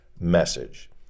message